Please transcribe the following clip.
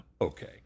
okay